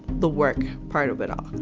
the work part of it all.